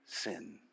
sin